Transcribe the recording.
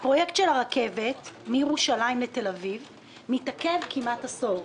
הפרויקט של הרכבת מירושלים לתל אביב מתעכב כמעט עשור.